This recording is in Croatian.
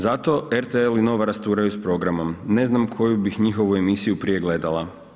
Zato RTL i NOVA rasturaju s programom ne znam koju bih njihovu emisiju prije gledala?